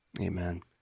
amen